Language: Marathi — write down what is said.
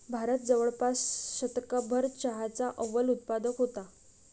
भारत जवळपास शतकभर चहाचा अव्वल उत्पादक होता